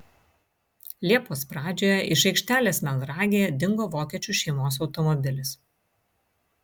liepos pradžioje iš aikštelės melnragėje dingo vokiečių šeimos automobilis